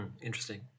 Interesting